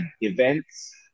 events